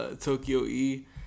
Tokyo-E